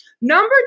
Number